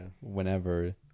whenever